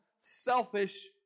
selfish